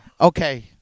Okay